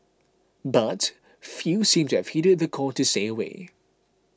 but few seemed to have heeded the call to stay away